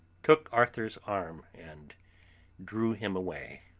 took arthur's arm, and drew him away.